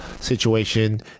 situation